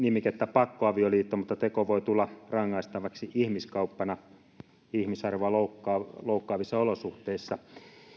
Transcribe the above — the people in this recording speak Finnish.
pakkoavioliitto mutta teko voi tulla rangaistavaksi ihmiskauppana ihmisarvoa loukkaavissa loukkaavissa olosuhteissa tässä